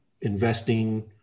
investing